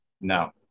No